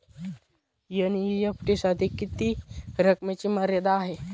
NEFT साठी किती रकमेची मर्यादा आहे?